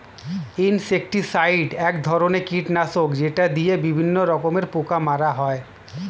insecticide এক ধরনের কীটনাশক যেটা দিয়ে বিভিন্ন রকমের পোকা মারা হয়